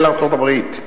כולל ארצות-הברית,